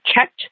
checked